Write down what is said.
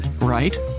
right